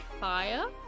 Fire